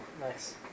Nice